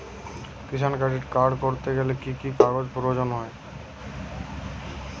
কিষান credit card করতে গেলে কি কি কাগজ প্রয়োজন হয়?